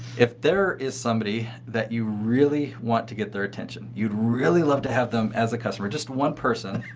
if there is somebody that you really want to get their attention, you'd really love to have them as a customer, just one person,